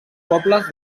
pobles